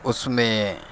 اس میں